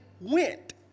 went